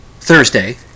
Thursday